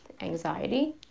anxiety